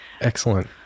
Excellent